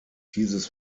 dieses